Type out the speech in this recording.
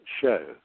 show